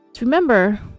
Remember